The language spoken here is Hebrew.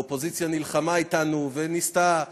האופוזיציה נלחמה אתנו וניסתה,